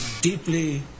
deeply